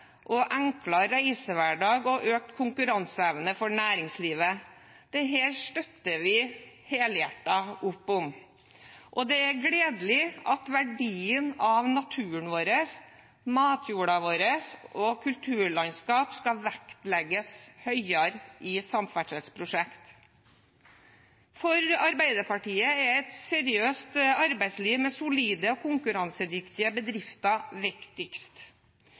enklere reisehverdag og økt konkurranseevne for næringslivet. Dette støtter vi helhjertet opp om. Det er gledelig at verdien av naturen vår, matjorden vår og kulturlandskap skal vektlegges høyere i samferdselsprosjekter. For Arbeiderpartiet er et seriøst arbeidsliv med solide, konkurransedyktige bedrifter viktigst.